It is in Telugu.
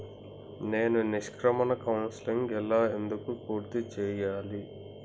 నేను నిష్క్రమణ కౌన్సెలింగ్ ఎలా ఎందుకు పూర్తి చేయాలి?